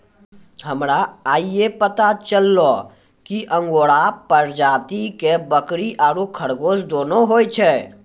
हमरा आइये पता चललो कि अंगोरा प्रजाति के बकरी आरो खरगोश दोनों होय छै